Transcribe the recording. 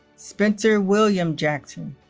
spencer william jackson